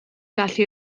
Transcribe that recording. gallu